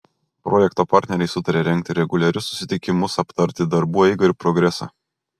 projekto partneriai sutarė rengti reguliarius susitikimus aptarti darbų eigą ir progresą